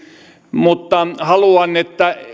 mutta haluan että